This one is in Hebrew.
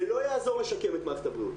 זה לא יעזור לשקם את מערכת הבריאות.